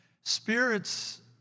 spirits